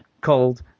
called